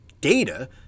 data